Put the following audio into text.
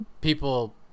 people